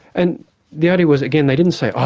and the idea was again they didn't say ah,